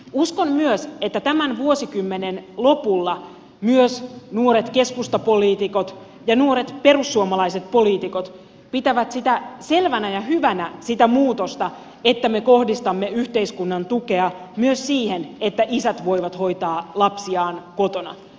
uskon myös että tämän vuosikymmenen lopulla myös nuoret keskustapoliitikot ja nuoret perussuomalaiset poliitikot pitävät selvänä ja hyvänä sitä muutosta että me kohdistamme yhteiskunnan tukea myös siihen että isät voivat hoitaa lapsiaan kotona